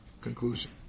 conclusion